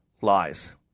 lies